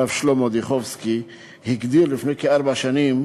הרב שלמה דיכובסקי, הגדיר לפני כארבע שנים